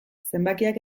zenbakiak